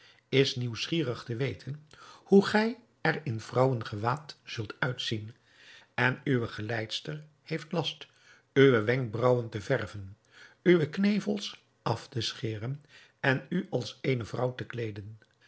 is nieuwsgierig te weten hoe gij er in vrouwengewaad zult uitzien en uwe geleidster heeft last uwe wenkbraauwen te verwen uwe knevels af te scheren en u als eene vrouw te kleeden